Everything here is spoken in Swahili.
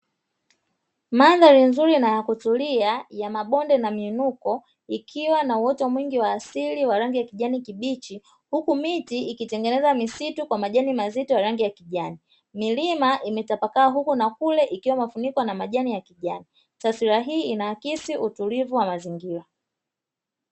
Mandhari nzuri na ya kutulia ya mabonde na miinuko, ikiwa na uoto mwingi wa asili wa rangi ya kijani kibichi, huku miti ikitengeneza misitu kwa majani mazito ya rangi ya kijani. Milima imetapakaa huku na kule ikiwa imefunikwa na majani ya kijani. Taswira hii inaakisi utulivu wa mazingira.